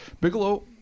Bigelow